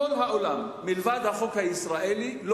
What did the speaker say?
חוץ מהחוק הישראלי,